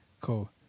cool